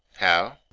how!